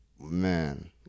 man